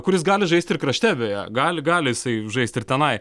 o kuris gali žaisti ir krašte beja gali gali jisai žaisti ir tenai